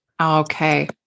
Okay